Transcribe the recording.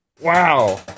Wow